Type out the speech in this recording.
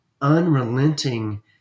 unrelenting